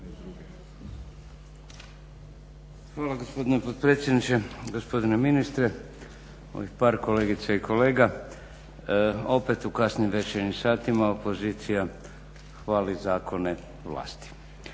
Hvala gospodine potpredsjedniče, gospodine ministre, ovih par kolegica i kolega opet u kasnim večernjim satima opozicija hvala zakone vlasti.